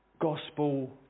gospel